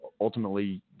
ultimately